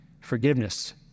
forgiveness